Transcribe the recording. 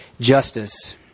justice